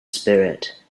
spirit